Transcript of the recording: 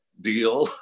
deal